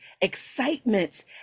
excitement